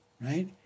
right